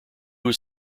was